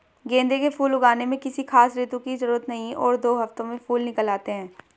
गेंदे के फूल उगाने में किसी खास ऋतू की जरूरत नहीं और दो हफ्तों में फूल निकल आते हैं